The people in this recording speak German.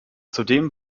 zudem